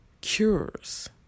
cures